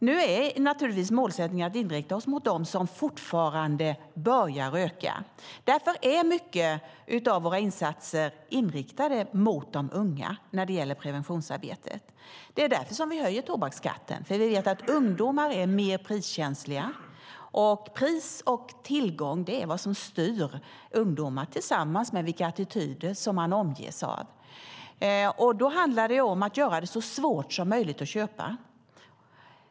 Nu är naturligtvis vår målsättning att inrikta oss mot dem som fortfarande börjar röka. Därför är många av våra insatser när det gäller preventionsarbetet inriktade mot de unga. Det är därför vi höjer tobaksskatten - vi vet att ungdomar är mer priskänsliga. Pris och tillgång är vad som styr ungdomar, tillsammans med vilka attityder de omges av. Då handlar det om att göra det så svårt som möjligt att köpa.